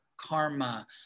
karma